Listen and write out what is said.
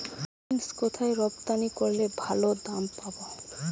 Beans কোথায় রপ্তানি করলে ভালো দাম পাব?